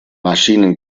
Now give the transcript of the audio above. maschinen